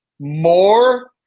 more